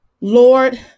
Lord